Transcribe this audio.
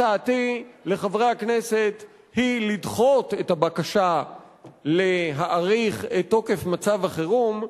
הצעתי לחברי הכנסת היא לדחות את הבקשה להאריך את תוקף מצב החירום,